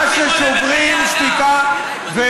מה ש"שוברים שתיקה" זה לא יפה מה שאתה עושה עכשיו.